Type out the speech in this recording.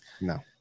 No